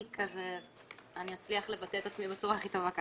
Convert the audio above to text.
כי אני אצליח לבטא את עצמי בצורה הכי טובה ככה.